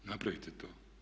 Napravite to.